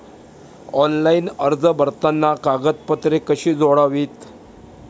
Online अर्ज भरताना कागदपत्रे कशी जोडावीत?